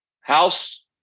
House